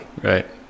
Right